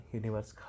universe